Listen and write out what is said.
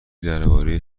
درباره